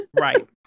Right